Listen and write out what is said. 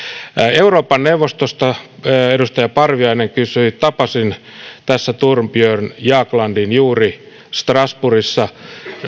euroopan neuvostosta edustaja parviainen kysyi tapasin thorbjörn jaglandin juuri strasbourgissa